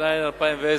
התש"ע 2010,